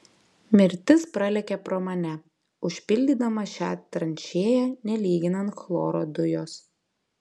mirtis pralėkė pro mane užpildydama šią tranšėją nelyginant chloro dujos